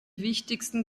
wichtigsten